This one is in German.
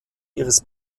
ihres